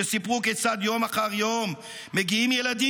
שסיפרו כיצד יום אחר יום מגיעים ילדים